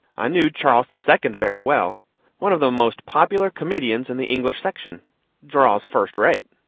i knew charles the second very well one of the most popular comedians in the english section draws first rate.